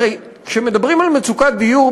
הרי כשמדברים על מצוקת דיור,